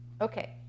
Okay